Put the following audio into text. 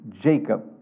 Jacob